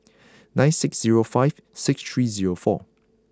nine six zero five six three zero four